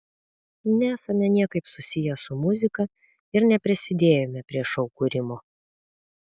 nesame niekaip susiję su muzika ir neprisidėjome prie šou kūrimo